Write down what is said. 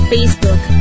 Facebook